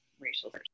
racial